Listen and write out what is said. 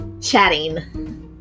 chatting